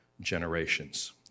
generations